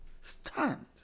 Stand